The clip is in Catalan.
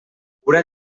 cura